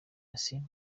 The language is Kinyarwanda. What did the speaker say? yasin